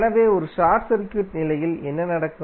எனவே ஒரு ஒரு ஷார்ட் சர்க்யூட் நிலையில் என்ன நடக்கும்